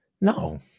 No